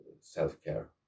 self-care